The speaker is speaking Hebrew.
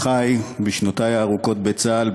אחי בשנותי הארוכות בצה"ל,